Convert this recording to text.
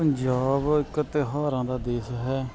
ਪੰਜਾਬ ਇਕ ਤਿਉਹਾਰਾਂ ਦਾ ਦੇਸ਼ ਹੈ